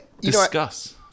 Discuss